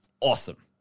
awesome